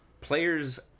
players